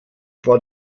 war